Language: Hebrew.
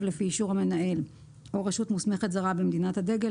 לפי אישור המנהל או רשות מוסמכת זרה במדינת הדגל,